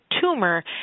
tumor